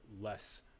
less